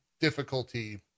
difficulty